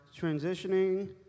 transitioning